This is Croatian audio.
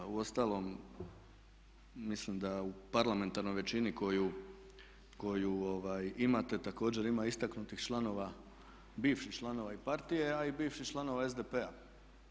Uostalom mislim da u parlamentarnoj većini koju imate također ima istaknutih članova bivših članova i partije, a i bivših članova SDP-a.